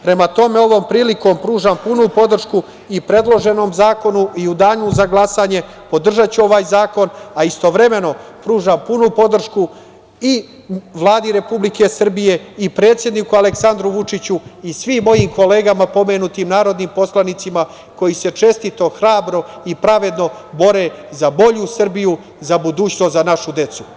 Prema tome, ovom prilikom, pružam punu podršku i predloženom zakonu i u danu za glasanje podržaću ovaj zakon, a istovremeno, pružam punu podršku i Vladi Republike Srbije, i predsedniku Aleksandru Vučiću, i svim mojim kolegama pomenutim narodnim poslanicima koji se čestito, hrabro i pravedno bore za bolju Srbiju, za budućnost za našu decu.